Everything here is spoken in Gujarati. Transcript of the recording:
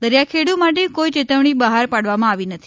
દરિયાખેડ માટે કોઈ ચેતવણી બહાર પાડવામાં આવી નથી